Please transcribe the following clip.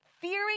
fearing